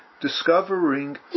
discovering